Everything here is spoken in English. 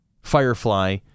Firefly